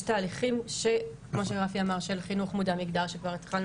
יש תהליכים של חינוך מודע מגדר שכבר התחלנו,